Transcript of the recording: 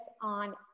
on